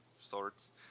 sorts